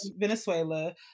Venezuela